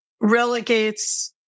relegates